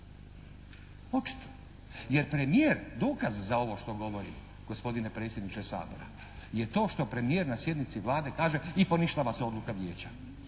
Očito, jer premijer dokaz za ovo što govorim gospodine predsjedniče Sabora je to što premijer na sjednici Vlade kaže i poništava se odluka Vijeća.